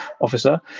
officer